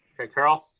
okay, carol.